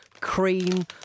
cream